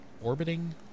orbiting